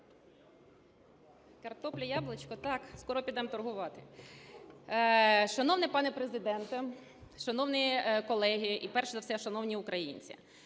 Шановний пане Президенте, шановні колеги, і перш за все шановні українці!